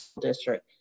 district